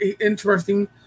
interesting